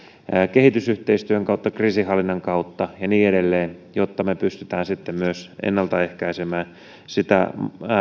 kehitysyhteistyön kautta kriisinhallinnan kautta ja niin edelleen jotta me pystymme sitten myös ennaltaehkäisemään sitä